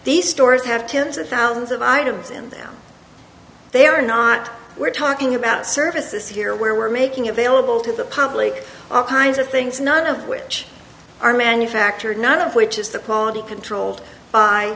these stores have tens of thousands of items in them they are not we're talking about services here where we're making available to the public all kinds of things none of which are manufactured none of which is the quality controlled by